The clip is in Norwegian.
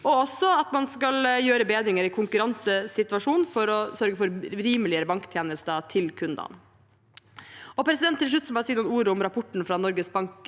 også at man skal gjøre bedringer i konkurransesituasjonen for å sørge for rimeligere banktjenester til kundene. Til slutt må jeg si noen ord om rapporten fra Norges Banks